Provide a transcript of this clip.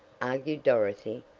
argued dorothy,